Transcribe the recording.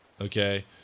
Okay